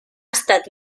estat